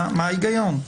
מה ההיגיון?